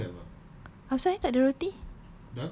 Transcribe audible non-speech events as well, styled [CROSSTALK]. [BREATH] asal eh takde roti